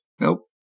Nope